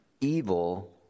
evil